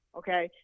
okay